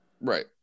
Right